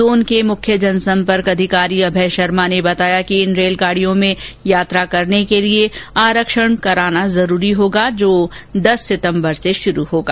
zone के मुख्य जनसंपर्क अधिकारी अभय शर्मा ने बताया कि इन रेलगाड़ियों में यात्रा करने के लिए आरक्षण कराना होगा जो दस सितम्बर से शुरू होगा